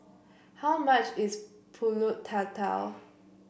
how much is pulut Tatal